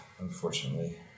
unfortunately